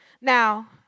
Now